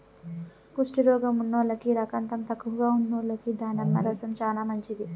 కుష్టు రోగం ఉన్నోల్లకి, రకతం తక్కువగా ఉన్నోల్లకి దానిమ్మ రసం చానా మంచిది